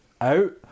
out